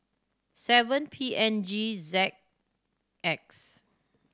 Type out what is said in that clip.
seven P N G Z X